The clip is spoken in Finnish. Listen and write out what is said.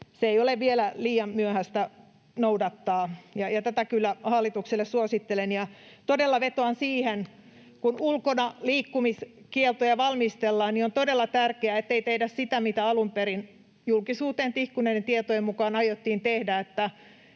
ei ole vielä liian myöhäistä noudattaa, ja tätä kyllä hallitukselle suosittelen. Todella vetoan siihen, että kun ulkonaliikkumiskieltoja valmistellaan, on todella tärkeää, ettei tehdä sitä, mitä alun perin julkisuuteen tihkuneiden tietojen mukaan aiottiin tehdä,